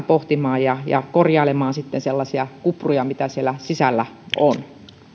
pohtimaan ja ja korjailemaan sellaisia kupruja mitä siellä sisällä on